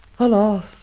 Alas